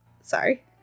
sorry